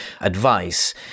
advice